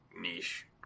niche